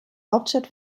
hauptstadt